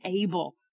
able